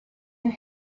and